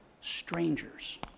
strangers